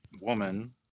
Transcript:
woman